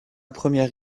première